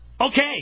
Okay